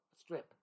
strip